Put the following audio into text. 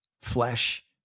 Flesh